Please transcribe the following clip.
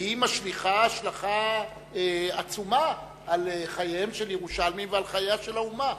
והיא משליכה השלכה עצומה על חייהם של ירושלמים ועל חייה של האומה.